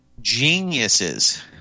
geniuses